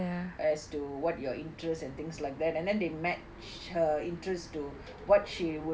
as to what your interests and things like that and then they match her interest to what she would be